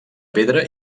pedra